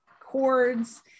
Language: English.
chords